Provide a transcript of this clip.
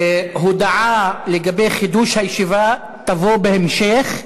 הודעה לגבי חידוש הישיבה תבוא בהמשך,